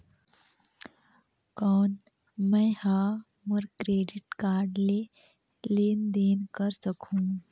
कौन मैं ह मोर क्रेडिट कारड ले लेनदेन कर सकहुं?